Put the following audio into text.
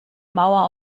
mauer